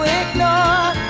ignore